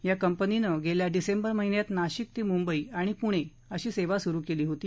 या कंपनीनं गेल्या डिसेंबर महिन्यात नाशिक ते मुंबई आणि प्णे अशी सेवा सुरू केली होती